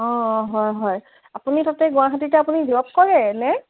অঁ হয় হয় আপুনি তাতে গুৱাহাটীতে আপুনি জব কৰে নে